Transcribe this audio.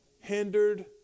hindered